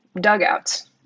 dugouts